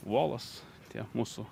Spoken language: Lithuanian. uolos tie mūsų